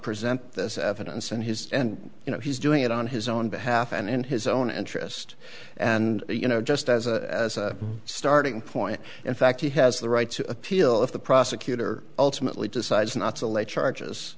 present this evidence and his you know he's doing it on his own behalf and in his own interest and you know just as a starting point in fact he has the right to appeal if the prosecutor ultimately decides not to lay charges